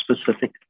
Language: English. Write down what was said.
specific